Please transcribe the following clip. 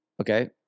Okay